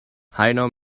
heiner